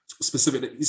Specifically